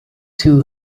two